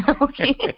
Okay